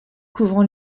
couvrant